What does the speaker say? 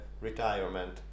retirement